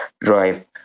drive